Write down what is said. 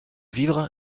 vivre